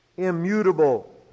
immutable